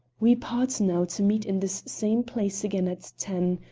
we part now to meet in this same place again at ten.